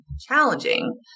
challenging